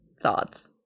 thoughts